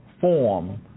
form